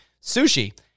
sushi